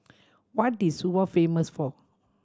what is Suva famous for